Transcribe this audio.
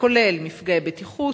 הכולל מפגעי בטיחות,